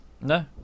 no